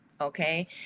Okay